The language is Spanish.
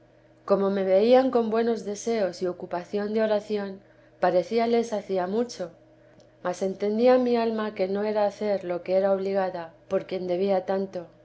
como me veían con buenos deseos y ocupación de oración parecíales hacía mucho mas entendía mi alma que no era hacer lo que era obligada por quien debía tanto